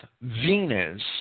Venus